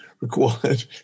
required